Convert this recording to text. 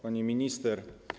Pani Minister!